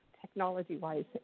technology-wise